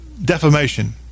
defamation